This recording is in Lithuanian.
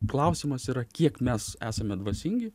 klausimas yra kiek mes esame dvasingi